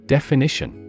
Definition